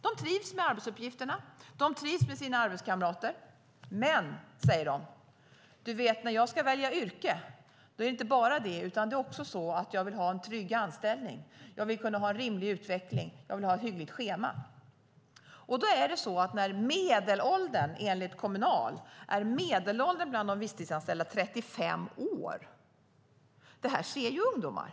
De trivs med arbetsuppgifterna. De trivs med sina arbetskamrater. Men de säger: Du vet, när jag ska välja yrke, då handlar det inte bara om det, utan jag vill också ha en trygg anställning, kunna få en rimlig utveckling, ha ett hyggligt schema. Enligt Kommunal är medelåldern bland de visstidsanställda 35 år, och det ser ungdomar.